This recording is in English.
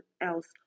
else